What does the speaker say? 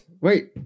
Wait